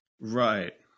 right